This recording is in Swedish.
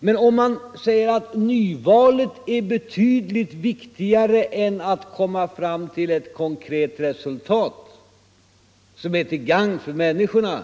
Men om man säger att det är betydligt viktigare att få till stånd ett nyval än att komma fram till ett konkret resultat som är till gagn för människorna,